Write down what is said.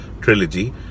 trilogy